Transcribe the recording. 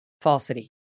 falsity